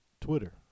Twitter